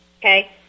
okay